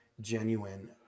genuine